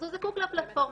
אז הוא זקוק לפלטפורמה,